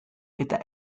eta